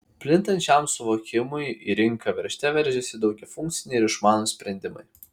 plintant šiam suvokimui į rinką veržte veržiasi daugiafunkciai ir išmanūs sprendimai